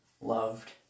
loved